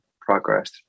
progress